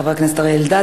חבר הכנסת אריה אלדד,